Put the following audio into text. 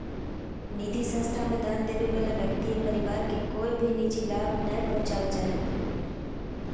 निधि संस्था मे दान देबे वला व्यक्ति या परिवार के कोय भी निजी लाभ नय पहुँचावल जा हय